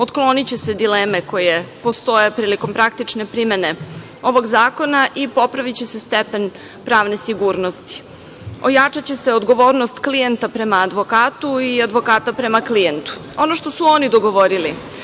otkloniće se dileme koje postoje prilikom praktične primene ovog zakona i popraviće se stepen pravne sigurnosti, ojačaće se odgovornost klijenta prema advokatu i advokata prema klijentu. Ono što su oni dogovorili